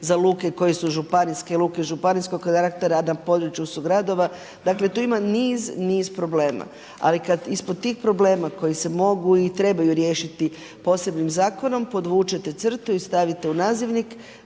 za luke koje su županijske luke županijskog karaktera a na području su gradova, dakle tu ima niz, niz problema. Ali kada ispod tih problema koji se mogu i trebaju riješiti posebnim zakonom podvučete u crtu i stavite u nazivnik